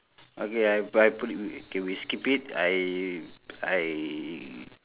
okay I I put it w~ okay we skip it I I